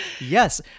yes